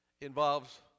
involves